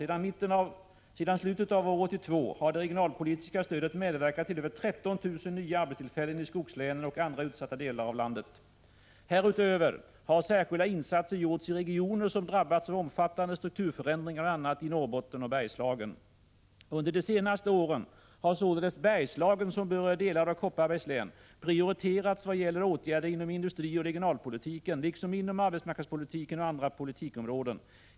Sedan slutet av år 1982 har det regionalpolitiska stödet medverkat till 177 över 13 000 nya arbetstillfällen i skogslänen och andra utsatta delar av landet. Härutöver har särskilda insatser gjorts i regioner som drabbats av omfattande strukturförändringar, bl.a. i Norrbotten och Bergslagen. Under de senaste åren har således Bergslagen, som berör delar av Kopparbergs län, prioriterats vad gäller åtgärder inom industrioch regionalpolitiken liksom inom arbetsmarknadspolitiken och andra politikområden.